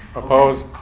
opposed.